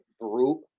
group